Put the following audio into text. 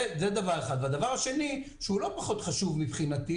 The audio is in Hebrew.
הדבר השני שהוא לא פחות חשוב מבחינתי